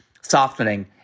softening